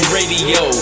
Radio